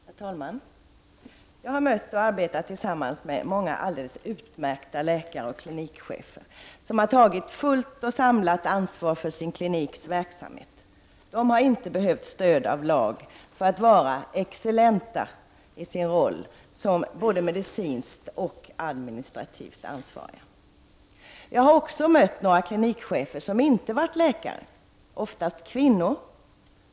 Herr talman! Jag har mött och arbetat tillsammans med många alldeles utmärkta läkare och klinikchefer som tagit fullt och samlat ansvar för sin kliniks verksamhet. De har inte behövt stöd av lag för att vara excellenta i sin roll som både medicinskt och administrativt ansvariga. Jag har också mött några klinikchefer som inte har varit läkare, oftast kvinnor.